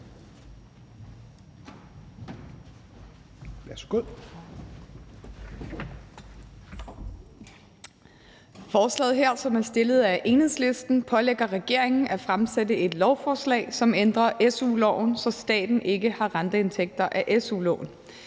er så godt